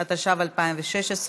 התשע"ו 2016,